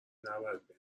نباید